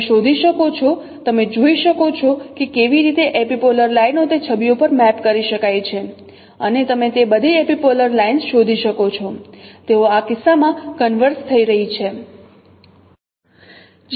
તમે શોધી શકો છો તમે જોઈ શકો છો કે કેવી રીતે એપિપોલર લાઇનો તે છબીઓ પર મેપ કરી શકાય છે અને તમે તે બધી એપિપોલર લાઈન્સ શોધી શકો છો તેઓ આ કિસ્સામાં કન્વર્ઝ થઈ રહી છે